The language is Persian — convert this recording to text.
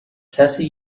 کسی